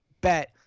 bet